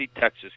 Texas